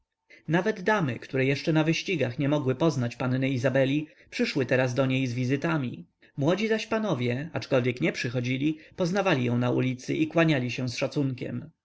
nawet damy które jeszcze na wyścigach nie mogły poznać panny izabeli przyszły teraz do niej z wizytami młodzi zaś panowie aczkolwiek nie przychodzili poznawali ją na ulicy i kłaniali się z szacunkiem